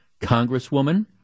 congresswoman